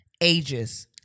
ages